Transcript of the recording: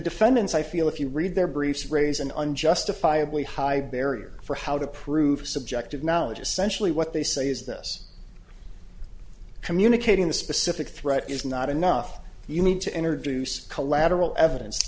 defendants i feel if you read their briefs raise an unjustifiably high barrier for how to prove subjective knowledge essentially what they say is this communicating the specific threat is not enough you need to enter deuce collateral evidence